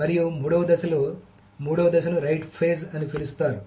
మరియు మూడవ దశలో మూడవ దశను రైట్ ఫేజ్ అని పిలుస్తారు